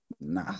Nah